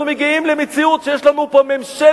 אנחנו מגיעים למציאות שיש לנו פה ממשלת,